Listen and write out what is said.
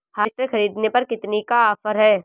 Harvester ख़रीदने पर कितनी का ऑफर है?